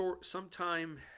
sometime